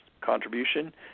contribution